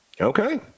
Okay